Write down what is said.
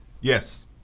Yes